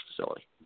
facility